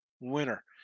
winner